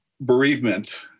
bereavement